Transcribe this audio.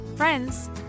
friends